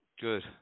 Good